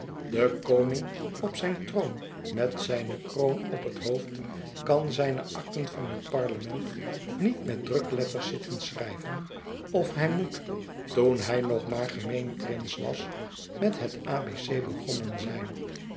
de koning op zijn troon met zijne kroon op het hoofd kan zijne akten van het parlement niet met drukletters zitten schrijven of hij moet toen hij nogmaar gemeen prins was met het abc begonnen zijn